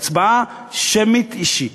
בהצבעה שמית אישית,